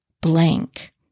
blank